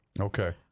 Okay